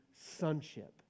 sonship